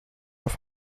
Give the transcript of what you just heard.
auf